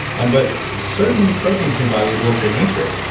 and but certain proteins in your body will denature,